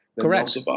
Correct